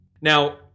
Now